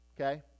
Okay